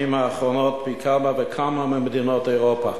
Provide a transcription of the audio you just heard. האחרונות פי כמה וכמה מאשר במדינות אירופה.